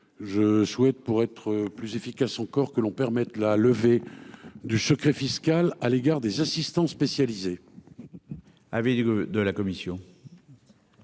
Je souhaite pour être plus efficace encore que l'on permette la levée du secret fiscal à l'égard des assistants spécialisés. Invité de la commission.